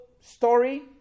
story